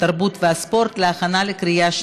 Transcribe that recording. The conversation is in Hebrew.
התרבות והספורט נתקבלה.